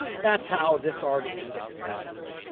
that's how this artist depicts that image.